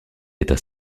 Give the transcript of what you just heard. était